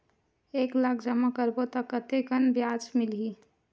एक लाख जमा करबो त कतेकन ब्याज मिलही?